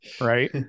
Right